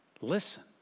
listen